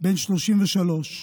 בן 33,